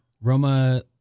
roma